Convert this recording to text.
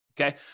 okay